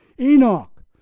Enoch